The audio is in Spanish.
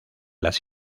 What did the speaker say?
las